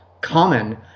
common